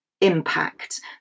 impact